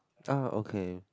uh okay